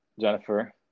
Jennifer